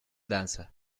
danza